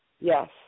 Yes